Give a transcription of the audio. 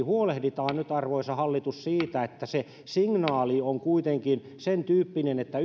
huolehditaan nyt siitä arvoisa hallitus että signaali on kuitenkin sen tyyppinen että